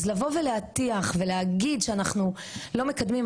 אז לבוא ולהטיח ולהגיד שאנחנו לא מקדמים?